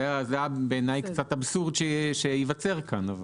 בעיניי זה קצת אבסורד שייווצר כאן.